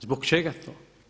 Zbog čega to?